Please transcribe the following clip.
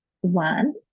one